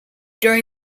during